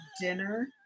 dinner